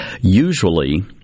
Usually